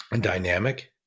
dynamic